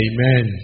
Amen